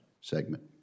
segment